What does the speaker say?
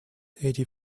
eighty